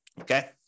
okay